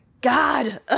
God